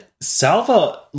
Salva